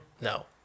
No